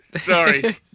sorry